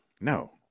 No